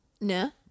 No